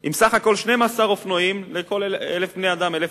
עם בסך הכול 12 אופנועים לכל 1,000 אזרחים.